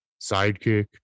sidekick